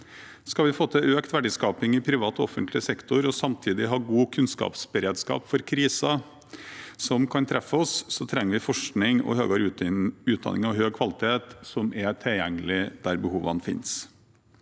Skal vi få til økt verdiskaping i privat og offentlig sektor og samtidig ha god kunnskapsberedskap for kriser som kan treffe oss, trenger vi forskning og høyere utdanning av høy kvalitet som er tilgjengelig der behovene finnes.